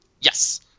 Yes